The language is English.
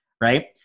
Right